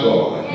God